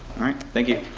alright thank you.